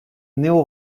néo